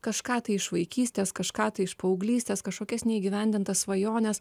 kažką tai iš vaikystės kažką tai iš paauglystės kažkokias neįgyvendintas svajones